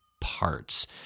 parts